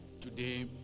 today